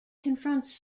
confronts